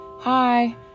Hi